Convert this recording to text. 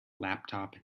laptop